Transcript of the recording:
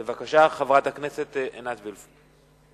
בבקשה, חברת הכנסת עינת וילף.